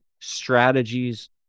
strategies